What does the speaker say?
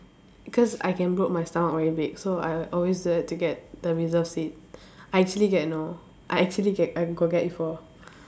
cause I can bloat my stomach very big so I always get to get the reserved seat I actually get you know I actually get I got get before